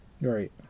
Right